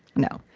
no,